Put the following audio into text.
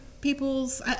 people's